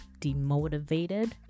demotivated